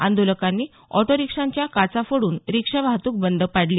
आंदोलकांनी ऑटो रिक्षांच्या काचा फोडून रिक्षा वाहतूक बंद पाडली